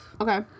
Okay